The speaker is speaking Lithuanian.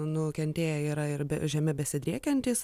nukentėję yra ir be žeme besidriekiantys